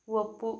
ಒಪ್ಪು